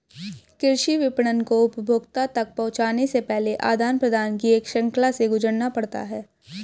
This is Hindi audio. कृषि विपणन को उपभोक्ता तक पहुँचने से पहले आदान प्रदान की एक श्रृंखला से गुजरना पड़ता है